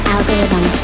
Algorithm